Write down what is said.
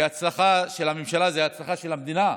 כי ההצלחה של הממשלה היא הצלחה של המדינה.